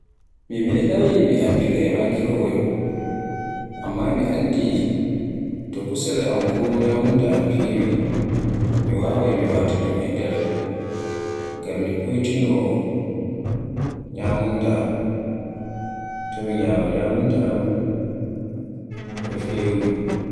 Mi meɗaayi mi amfira e microwave amma mi andi to kusel ko nyamunda am fewai mi waawai mi wata ɗum e nder ngam mi foytino nyamunda am, to mi nyama nyamunda am fewai.